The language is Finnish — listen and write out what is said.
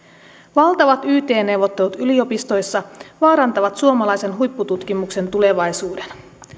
valtavat yt neuvottelut yliopistoissa vaarantavat suomalaisen huippututkimuksen tulevaisuuden